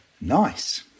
nice